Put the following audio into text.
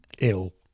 Ill